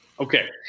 Okay